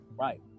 Right